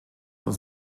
uns